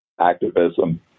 activism